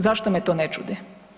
Zašto me to ne čudi?